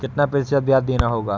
कितना प्रतिशत ब्याज देना होगा?